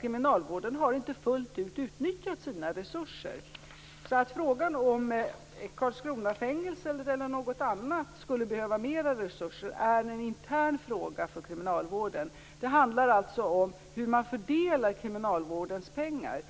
Kriminalvården har faktiskt inte fullt ut utnyttjat sina resurser. Frågan om ifall Karlskronafängelset eller något annat fängelse skulle behöva mera resurser är en intern fråga för kriminalvården. Det handlar alltså om hur man fördelar kriminalvårdens pengar.